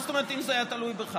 מה זאת אומרת אם זה היה תלוי בך?